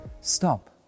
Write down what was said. Stop